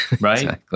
right